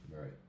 Right